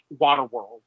Waterworld